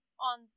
on